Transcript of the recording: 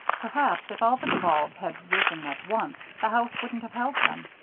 perhaps, if all the duvals had risen at once, the house wouldn't have held them.